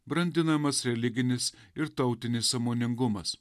brandinamas religinis ir tautinis sąmoningumas